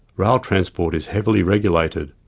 rail transport is heavily regulated,